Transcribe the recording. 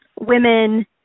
women